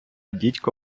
дідько